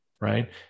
right